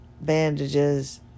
bandages